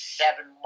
seven